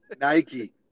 Nike